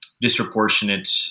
disproportionate